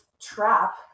trap